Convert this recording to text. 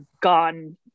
gone